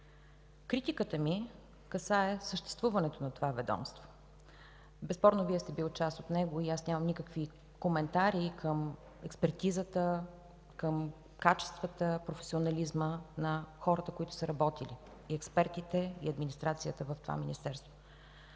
Критиката ми касае съществуването на това ведомство. Безспорно Вие сте били част от него и аз нямам никакви коментари към експертизата, към качествата и професионализма към хората, които са работили там, към експертите и администрацията в това Министерство.